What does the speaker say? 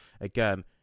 again